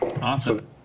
Awesome